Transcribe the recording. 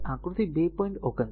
તેથી આકૃતિ 2